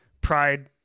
pride